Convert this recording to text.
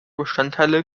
bestandteile